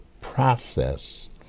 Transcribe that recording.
process